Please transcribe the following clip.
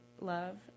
love